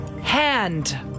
Hand